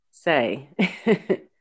say